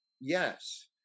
yes